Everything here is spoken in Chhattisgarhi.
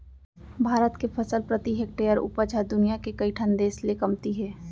भारत के फसल प्रति हेक्टेयर उपज ह दुनियां के कइ ठन देस ले कमती हे